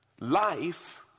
Life